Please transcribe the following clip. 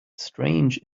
strange